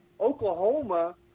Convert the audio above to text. Oklahoma